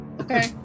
Okay